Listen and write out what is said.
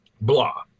blah